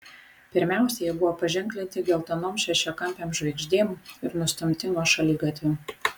pirmiausia jie buvo paženklinti geltonom šešiakampėm žvaigždėm ir nustumti nuo šaligatvių